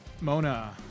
Mona